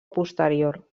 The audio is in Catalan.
posterior